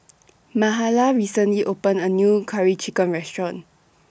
Mahala recently opened A New Curry Chicken Restaurant